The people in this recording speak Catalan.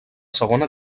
segona